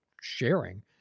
sharing